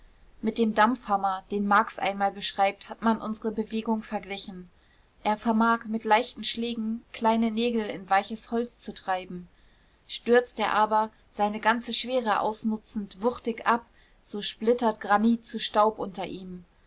mit dem dampfhammer den marx einmal beschreibt hat man unsere bewegung verglichen er vermag mit leichten schlägen kleine nägel in weiches holz zu treiben stürzt er aber seine ganze schwere ausnutzend wuchtig ab so splittert granit zu staub unter ihm